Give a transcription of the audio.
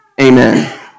Amen